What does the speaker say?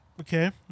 Okay